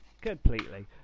Completely